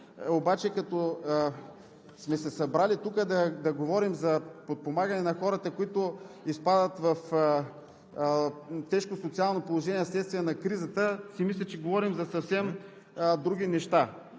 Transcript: обаче, като сме се събрали тук да говорим за подпомагане на хората, които изпадат в тежко социално положение вследствие на кризата, си мисля, че говорим за съвсем други неща.